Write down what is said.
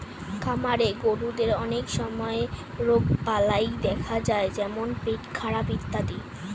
খামারের গরুদের অনেক সময় রোগবালাই দেখা যায় যেমন পেটখারাপ ইত্যাদি